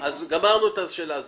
אז גמרנו עם השאלה הזאת.